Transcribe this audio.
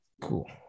Cool